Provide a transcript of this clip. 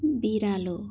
बिरालो